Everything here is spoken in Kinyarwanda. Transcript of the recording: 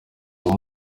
aho